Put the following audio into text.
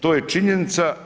To je činjenica.